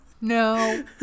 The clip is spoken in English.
No